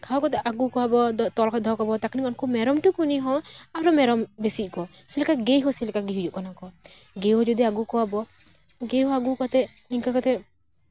ᱦᱚᱦᱚ ᱠᱟᱛᱮᱜ ᱟᱹᱜᱩ ᱠᱚᱣᱟᱵᱚᱱ ᱛᱚᱞ ᱠᱟᱛᱮᱜ ᱫᱚ ᱠᱚᱣᱟ ᱵᱚᱱ ᱛᱚᱠᱷᱱᱤ ᱩᱱᱠᱩ ᱢᱮᱨᱚᱢ ᱴᱩᱠᱩᱱᱤ ᱦᱚᱸ ᱟᱨᱚ ᱢᱮᱨᱚᱢ ᱵᱮᱥᱤᱜ ᱟᱠᱚ ᱪᱮᱫ ᱞᱮᱠᱟ ᱜᱟᱹᱭ ᱦᱚᱸ ᱪᱮᱫ ᱞᱮᱠᱟ ᱦᱩᱭᱩᱜ ᱠᱟᱱ ᱜᱟᱹᱭ ᱡᱩᱫᱤ ᱟᱹᱜᱩ ᱠᱚᱣᱟ ᱵᱚ ᱜᱟᱹᱭ ᱟᱹᱜᱩ ᱠᱟᱛᱮᱜ ᱱᱚᱝᱠᱟ ᱠᱟᱛᱮᱜ